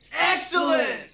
Excellent